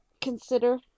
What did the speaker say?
Consider